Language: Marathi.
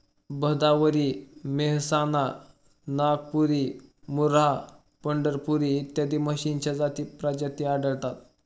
भदावरी, मेहसाणा, नागपुरी, मुर्राह, पंढरपुरी इत्यादी म्हशींच्या प्रजाती आढळतात